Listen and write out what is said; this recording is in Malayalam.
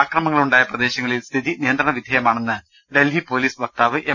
അക്രമങ്ങളുണ്ടായ പ്രദേശങ്ങളിൽ സ്ഥിതി നിയന്ത്രണ വിധേയ മാണെന്ന് ഡൽഹി പൊലീസ് വക്താവ് എം